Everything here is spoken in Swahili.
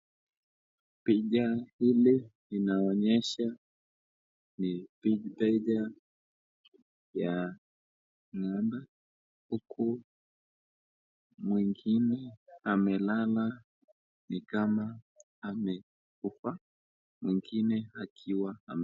Picha hili linaonyesha ni picha ya ngombe huku mwingine amelala ni kama amekufa, mwingine akiwa ame